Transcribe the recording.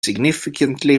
significantly